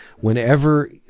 whenever